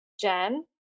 Jen